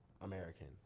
American